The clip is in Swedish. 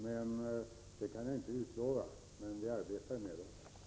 Jag kan inte lova det, men vi arbetar med detta.